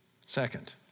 Second